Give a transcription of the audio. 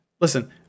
listen